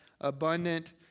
abundant